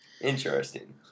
interesting